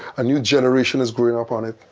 a new generation, is growing up on it.